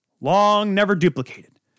long-never-duplicated